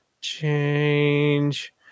Change